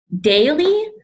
daily